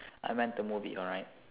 I meant the movie alright